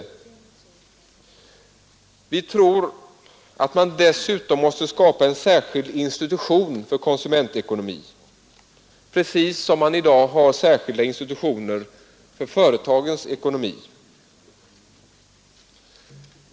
Vi tror att man dessutom måste skapa en särskild institution för konsumentekonomi, precis som man i dag har särskilda institutioner för företagsekonomi.